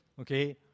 okay